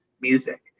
music